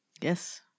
Yes